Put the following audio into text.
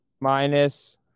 minus